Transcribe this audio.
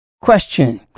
Question